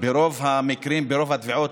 ברוב המקרים, ברוב התביעות,